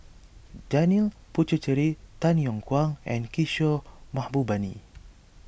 Janil Puthucheary Tay Yong Kwang and Kishore Mahbubani